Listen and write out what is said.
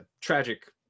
tragic